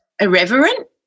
irreverent